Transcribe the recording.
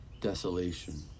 desolation